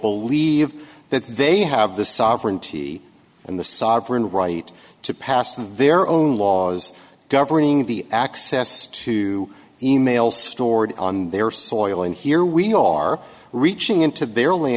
believe that they have the sovereignty and the sovereign right to pass their own laws governing the access to e mail stored on their soil and here we are reaching into